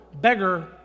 beggar